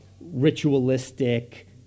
ritualistic